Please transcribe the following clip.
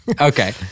Okay